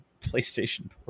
PlayStation